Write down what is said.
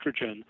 estrogen